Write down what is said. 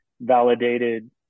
validated